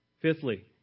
Fifthly